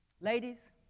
Ladies